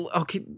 okay